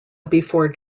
before